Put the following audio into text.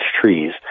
trees